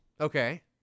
Okay